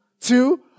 Two